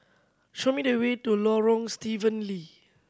show me the way to Lorong Stephen Lee